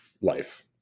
life